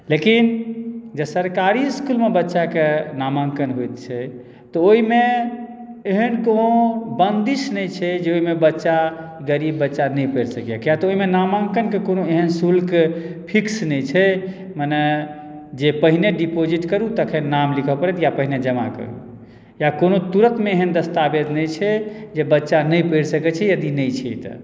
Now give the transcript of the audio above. लेकिन जे सरकारी इस्कुलमे बच्चाके नामाङ्कन होइत छै तऽ ओहिमे एहन कोनो बन्दिश नहि छै जे ओहिमे बच्चा गरीब बच्चा नहि पढ़ि सकैए किया तऽ ओहिमे नामाङ्कनके कोनो एहन कोनो शुल्क फिक्स नहि छै जे मने जे पहिने डिपॉजिट करू तखन नाम लिखय पड़त या पहिने जमा करू या कोनो तुरन्तमे एहन दस्तावेज नहि छै जे बच्चा नहि पढ़ि सकैत छै यदि नहि छै तऽ